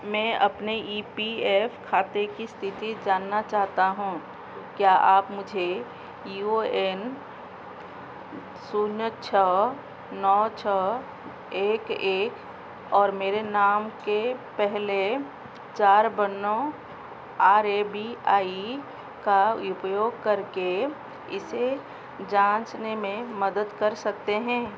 मैं अपने E P F खाते की स्थिति जानना चाहता हूँ क्या आप मुझे यू एन शून्य छः नौ छः एक एक और मेरे नाम के पहले चार बन्नों आर ए बी आई का उपयोग करके इसे जाँचने में मदद कर सकते हैं